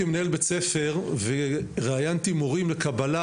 מנהל בית ספר וראיינתי מורים לקבלה